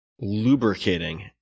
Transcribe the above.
lubricating